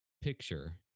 picture